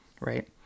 right